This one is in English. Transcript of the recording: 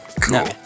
cool